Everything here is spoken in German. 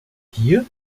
hier